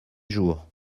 jours